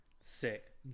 Sick